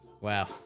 wow